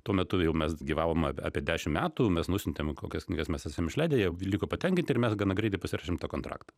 tuo metu jau mes gyvavome apie dešim metų mes nusiuntėm kokias knygas mes esam išleidę jie liko patenkinti ir mes gana greitai pasirašėm tą kontraktą